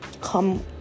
come